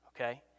okay